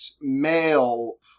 male